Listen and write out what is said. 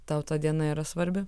tau ta diena yra svarbi